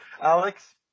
Alex